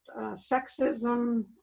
sexism